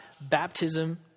baptism